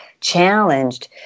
challenged